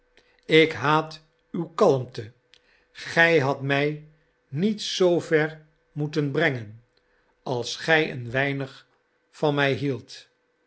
ik haat uw kalmte gij hadt mij niet zoover moeten brengen als gij een weinig van mij hieldt